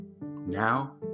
Now